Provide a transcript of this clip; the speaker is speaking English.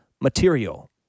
material